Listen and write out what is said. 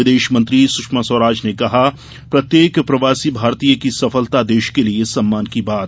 विदेश मंत्री सुषमा स्वराज ने कहा प्रत्येक प्रवासी भारतीय की सफलता देश के लिए सम्मान की बात